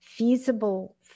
feasible